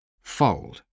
fold